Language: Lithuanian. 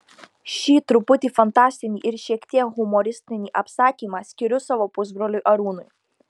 šį truputį fantastinį ir šiek tiek humoristinį apsakymą skiriu savo pusbroliui arūnui